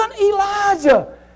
Elijah